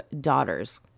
daughters